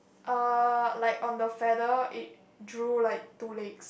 uh like on the feather it drew like two legs